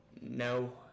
No